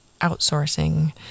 outsourcing